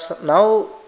now